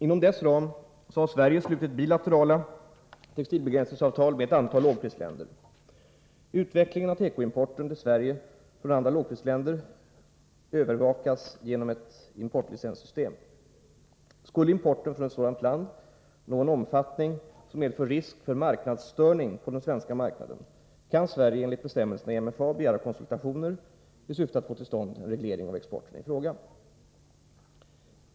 Inom dess ram har Sverige slutit bilaterala textilbegränsningsavtal med ett antal lågprisländer. Utvecklingen av tekoimporten till Sverige från andra lågprisländer övervakas genom ett importlicenssystem. Skulle importen från ett sådant land ha en omfattning som medför risk för marknadsstörning på den svenska marknaden, kan 13 Sverige enligt bestämmelserna i MFA begära konsultationer i syfte att få till stånd en reglering av exporten i fråga.